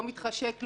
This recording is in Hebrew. לא מתחשק לו,